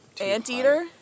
anteater